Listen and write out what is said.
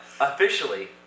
officially